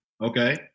Okay